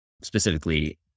specifically